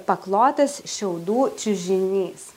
paklotas šiaudų čiužinys